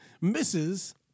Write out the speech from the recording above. Misses